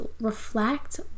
reflect